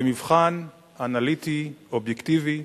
במבחן אנליטי אובייקטיבי,